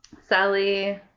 Sally